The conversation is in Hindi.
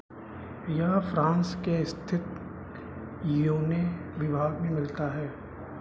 यह फ्रांस के स्थित योने विभाग में मिलता है